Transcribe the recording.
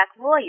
lawyer